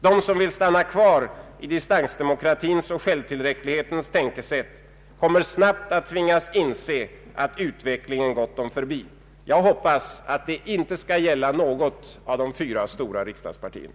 De som vill stanna kvar i distansdemokratins och självtillräcklighetens tänkesätt kommer snabbt att tvingas inse att utvecklingen gått dem förbi. Jag hoppas att det inte skall gälla något av de fyra stora riksdagspartierna.